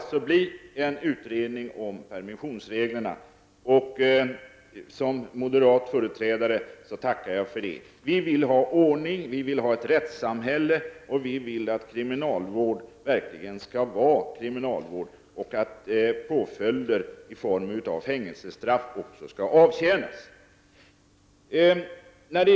Nu skall alltså en utredning om permissionsreglerna tillsättas. Som moderat företrädare tackar jag för det. Vi moderater vill ha ordning, vi vill ha ett rättssamhälle, och vi vill att kriminalvård verkligen skall vara kriminalvård och att påföljder i form av fängelsestraff också skall avtjänas.